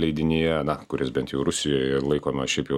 leidinyje na kuris bent jau rusijoje laikomas šiaip jau